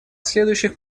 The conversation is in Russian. следующих